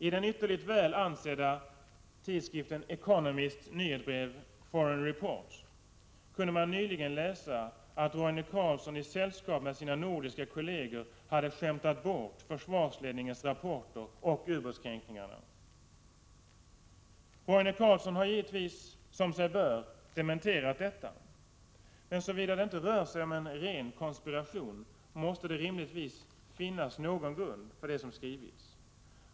I den ytterligt väl ansedda tidskriften Economists nyhetsbrev Foreign Report kunde man nyligen läsa att Roine Carlsson i sällskap med sina nordiska kolleger hade skämtat bort försvarsledningens rapporter och ubåtskränkningarna. Roine Carlsson har givetvis, som sig bör, dementerat detta. Men såvida det inte rör sig om en ren konspiration måste det rimligen finnas någon grund för det som skrivits.